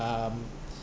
um